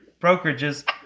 brokerages